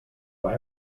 why